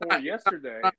yesterday